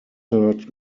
third